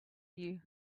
you